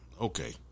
okay